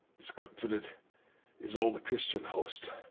discomfited is all the christian host,